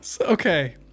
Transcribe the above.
Okay